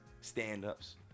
stand-ups